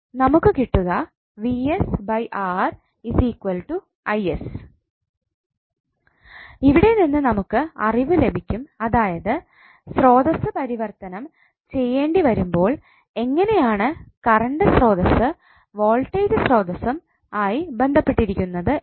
നമുക്ക് കിട്ടുക ഇവിടെ നിന്ന് നമുക്ക് അറിവ് ലഭിക്കും അതായത് സ്രോതസ്സ് പരിവർത്തനം ചെയ്യേണ്ടിവരുമ്പോൾ എങ്ങനെയാണ് കറണ്ട് സ്രോതസ്സ് വോൾട്ടേജ് സ്രോതസ്സും ആയി ബന്ധപ്പെട്ടിരിക്കുന്നത് എന്ന്